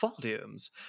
volumes